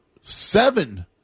seven